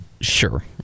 Sure